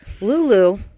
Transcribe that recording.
Lulu